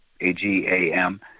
A-G-A-M